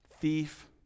thief